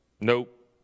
nope